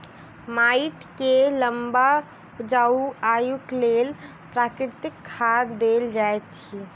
माइट के लम्बा उपजाऊ आयुक लेल प्राकृतिक खाद देल जाइत अछि